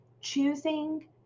Choosing